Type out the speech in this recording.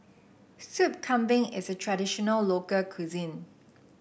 Sup Kambing is a traditional local cuisine